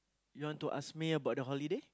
you want to ask me about the holiday